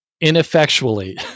ineffectually